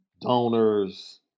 donors